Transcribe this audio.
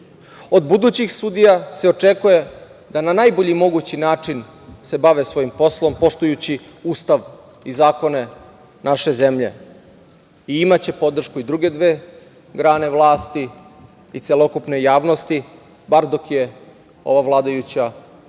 Od budućih sudija se očekuje da na najbolji mogući način se bave svojim poslom, poštujući Ustav i zakone naše zemlje i imaće podršku druge dve grane vlasti i celokupne javnosti, bar dok je ova vladajuća